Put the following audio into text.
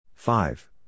Five